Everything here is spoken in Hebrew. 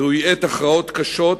זוהי עת הכרעות קשות,